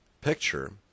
picture